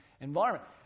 environment